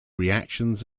reactions